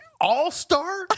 all-star